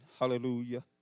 hallelujah